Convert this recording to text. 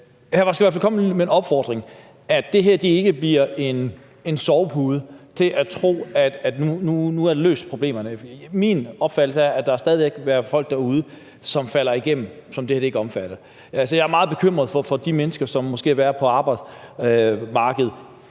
vil godt komme med en opfordring til, at det her ikke bliver en sovepude til at tro, at problemerne nu er løst. Min opfattelse er, at der stadig væk vil være folk derude, som falder igennem, og som det her ikke omfatter. Altså, jeg er meget bekymret for de mennesker, som måske skal være på arbejdsmarkedet